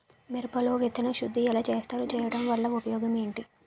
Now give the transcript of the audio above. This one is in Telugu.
మిరప లో విత్తన శుద్ధి ఎలా చేస్తారు? చేయటం వల్ల ఉపయోగం ఏంటి?